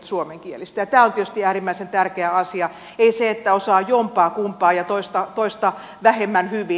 tämä on tietysti äärimmäisen tärkeä asia ei se että osaa jompaakumpaa ja toista vähemmän hyvin